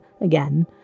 again